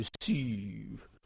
receive